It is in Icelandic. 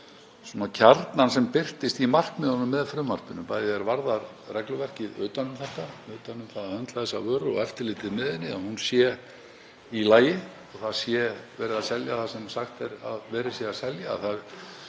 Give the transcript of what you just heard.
um kjarnann sem birtist í markmiðunum með frumvarpinu, bæði er varðar regluverkið utan um að höndla með þessa vöru og eftirlitið með henni, að hún sé í lagi og verið sé að selja það sem sagt er að verið sé að selja,